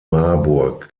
marburg